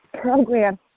program